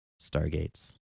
Stargates